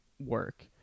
work